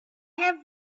have